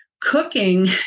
Cooking